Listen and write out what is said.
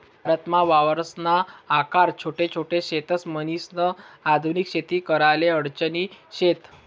भारतमा वावरसना आकार छोटा छोट शेतस, म्हणीसन आधुनिक शेती कराले अडचणी शेत